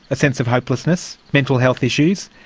a sense of hopelessness, mental health issues.